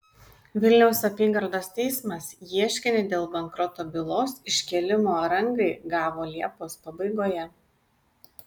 vilniaus apygardos teismas ieškinį dėl bankroto bylos iškėlimo rangai gavo liepos pabaigoje